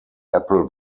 apple